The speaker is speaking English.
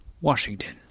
Washington